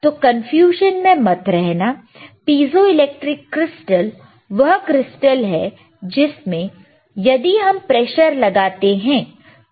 तो कन्फ्यूजन में मत रहना पीजोइलेक्ट्रिक क्रिस्टल वह क्रिस्टल है जिसमें यदि हम प्रेशर लगाते हैं तो वोल्टेज में चेंज होता है